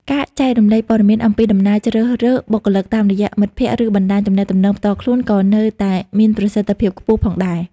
ការចែករំលែកព័ត៌មានអំពីដំណឹងជ្រើសរើសបុគ្គលិកតាមរយៈមិត្តភ័ក្តិ ឬបណ្តាញទំនាក់ទំនងផ្ទាល់ខ្លួនក៏នៅតែមានប្រសិទ្ធភាពខ្ពស់ផងដែរ។